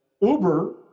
Uber